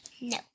No